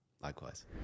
Likewise